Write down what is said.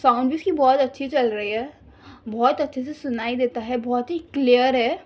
sound بھی اس کی بہت اچھی چل رہی ہے بہت اچھے سے سنائی دیتا ہے بہت ہی کلیئر ہے